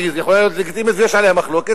היא יכולה להיות לגיטימית ויש עליה מחלוקת,